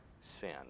sin